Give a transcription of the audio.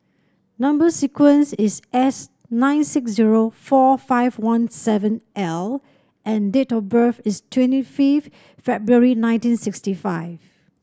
number sequence is S nine six zero four five one seven L and date of birth is twenty fifth February nineteen sixty five